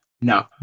No